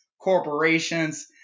corporations